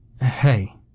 Hey